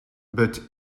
but